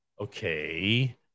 Okay